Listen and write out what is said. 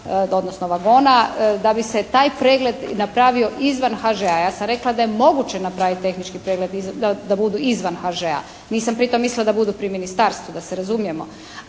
odnosno vagona da bi se taj pregled napravio izvan HŽ-a. Ja sam rekla da je moguće napraviti tehnički pregled da budu izvan HŽ-a, nisam pritom mislila da budu pri ministarstvu da se razumijemo,